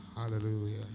Hallelujah